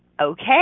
Okay